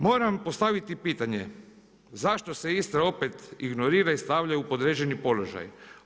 Moram postaviti pitanje zašto se Istra opet ignorira i stavlja u podređeni položaj?